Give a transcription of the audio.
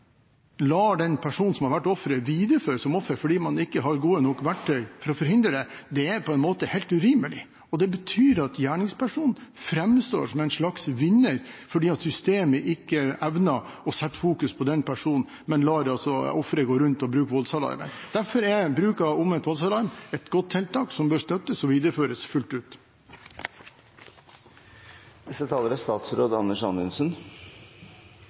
den personen som har vært offeret, videreføres som offer fordi man ikke har gode nok verktøy for å forhindre det, er helt urimelig. Det betyr at gjerningspersonen framstår som en slags vinner fordi systemet ikke evner å sette fokus på den personen, men lar altså offeret gå rundt og bruke voldsalarmen. Derfor er bruk av omvendt voldsalarm et godt tiltak som bør støttes og videreføres fullt ut.